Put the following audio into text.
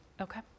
Okay